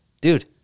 Dude